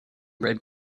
red